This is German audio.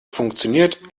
funktioniert